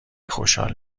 خوشحال